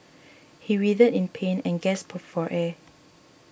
he writhed in pain and gasped for air